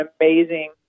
amazing